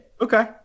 Okay